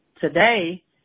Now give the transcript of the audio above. today